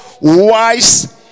wise